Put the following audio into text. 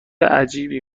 عجیبی